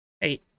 hey